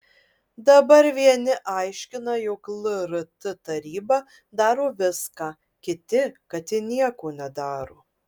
dabar vieni aiškina jog lrt taryba daro viską kiti kad ji nieko nedaro